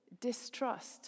distrust